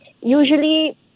usually